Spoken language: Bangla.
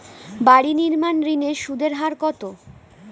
বাড়ি নির্মাণ ঋণের সুদের হার কত?